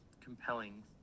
compelling